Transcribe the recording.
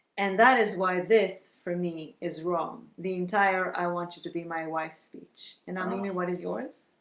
and that is why this for me is wrong the entire. i want you to be my wife speech and on the way what is yours?